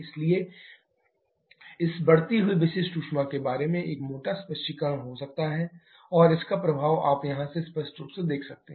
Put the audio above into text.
इसके लिए इस बढ़ती हुई विशिष्ट ऊष्मा के बारे में एक मोटा स्पष्टीकरण हो सकता है और इसका प्रभाव आप यहाँ से स्पष्ट रूप से देख सकते हैं